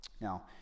Now